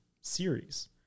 series